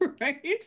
Right